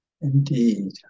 Indeed